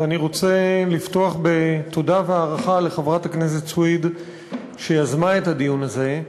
ואני רוצה לפתוח בתודה והערכה לחברת הכנסת סויד שיזמה את הדיון הזה.